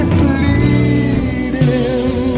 bleeding